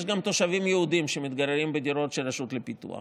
יש גם תושבים יהודים שמתגוררים בדירות של הרשות לפיתוח.